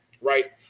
right